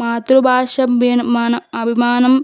మాతృభాష బీన మన అభిమానం